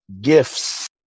Gifts